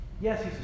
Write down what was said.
Yes